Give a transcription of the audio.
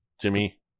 Jimmy